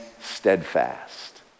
steadfast